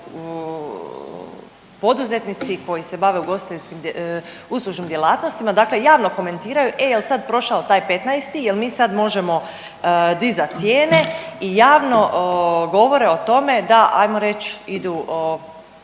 poduzetnici koji se bave ugostiteljskim, uslužnim djelatnostima dakle javno komentiraju ej, jel sad prošao taj 15., jel mi sad možemo dizat cijene i javno govore o tome da ajmo reć idu,